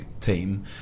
team